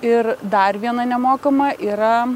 ir dar viena nemokama yra